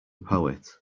poet